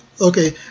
okay